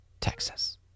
Texas